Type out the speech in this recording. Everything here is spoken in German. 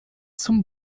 zum